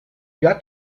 got